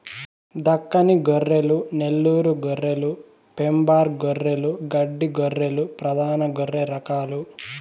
దక్కని గొర్రెలు, నెల్లూరు గొర్రెలు, వెంబార్ గొర్రెలు, గడ్డి గొర్రెలు ప్రధాన గొర్రె రకాలు